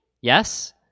Yes